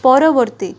ପରବର୍ତ୍ତୀ